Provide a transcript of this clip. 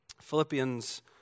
Philippians